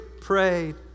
prayed